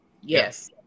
Yes